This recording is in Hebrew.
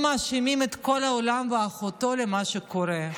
הם מאשימים את כל העולם ואחותו במה שקורה.